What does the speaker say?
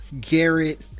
Garrett